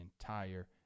entire